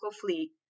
fleet